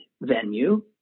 venue